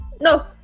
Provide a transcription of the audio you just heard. No